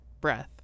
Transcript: Breath